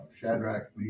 Shadrach